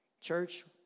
church